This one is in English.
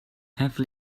have